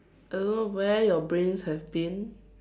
I don't know where your brains have been